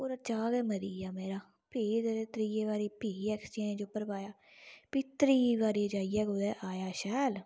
पूरा चाऽ गै मरी गेआ मेरा फ्ही त्रीयै बारी फ्ही ऐक्सचेंज उप्पर पाया फ्ही त्रीयै बारी कुतै आया शैल